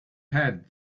had